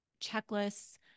checklists